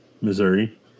Missouri